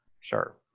Sure